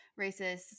racists